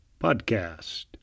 podcast